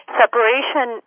separation